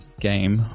game